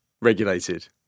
regulated